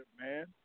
man